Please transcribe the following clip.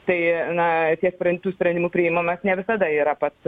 tai na tiek priimtų sprendimų priimamas ne visada yra pats